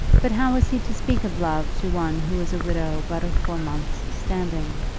but how was he to speak of love to one who was a widow but of four months' standing?